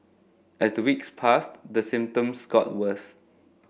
as the weeks passed the symptoms got worse